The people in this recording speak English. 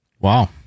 wow